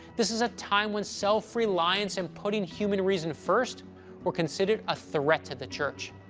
this is a time when self-reliance and putting human reason first were considered a threat to the church.